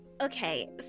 Okay